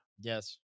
Yes